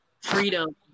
freedom